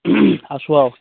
আছোঁ আৰু